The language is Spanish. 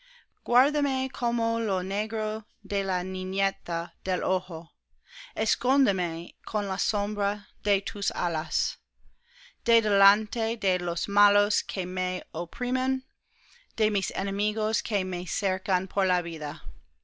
guárdame como lo negro de la niñeta del ojo escóndeme con la sombra de tus alas de delante de los malos que me oprimen de mis enemigos que me cercan por la vida